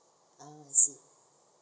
ah I see